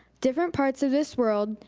different parts of this world,